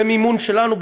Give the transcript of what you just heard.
במימון שלנו,